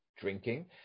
drinking